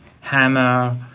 hammer